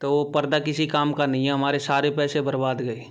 तो वह पर्दा किसी काम का नहीं है हमारे सारे पैसे बर्बाद गए